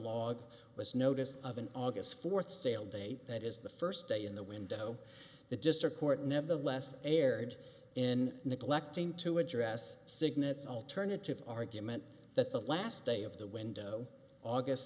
log was notice of an august fourth sale date that is the first day in the window the district court nevertheless erred in neglecting to address cygnets alternative argument that the last day of the window aug